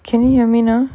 can you hear me now